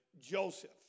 Joseph